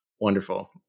Wonderful